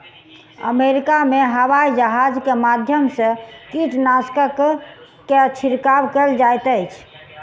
America में हवाईजहाज के माध्यम से कीटनाशक के छिड़काव कयल जाइत अछि